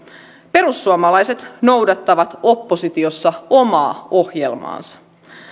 perussuomalaiset noudattavat oppositiossa omaa ohjelmaansa